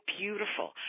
beautiful